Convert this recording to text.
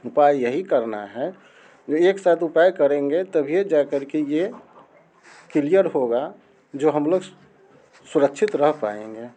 उपाय यही करना है जो एक साथ उपाय करेंगे तभी जा कर के ये क्लियर होगा जो हम लोग सुरक्षित रह पाएँगे